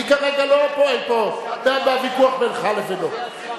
אני כרגע לא פועל פה בוויכוח בינך לבינו.